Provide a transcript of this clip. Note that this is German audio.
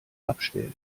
abstellen